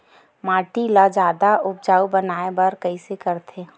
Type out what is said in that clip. माटी ला जादा उपजाऊ बनाय बर कइसे करथे?